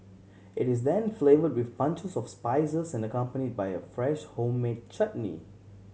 it is then flavoured with punches of spices and accompanied by a fresh homemade chutney